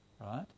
right